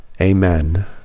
amen